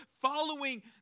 following